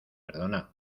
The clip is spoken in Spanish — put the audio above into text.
perdona